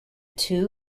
two